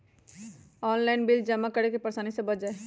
Online bill जमा करे से परेशानी से बच जाहई?